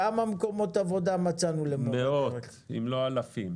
כמה מקומות עבודה מצאנו למורי דרך?